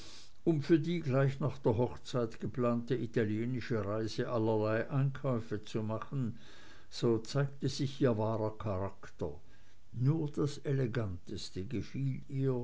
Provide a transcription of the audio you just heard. um für die gleich nach der hochzeit geplante italienische reise allerlei einkäufe zu machen so zeigte sich ihr wahrer charakter nur das eleganteste gefiel ihr